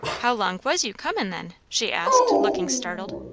how long was you comin', then? she asked, looking startled.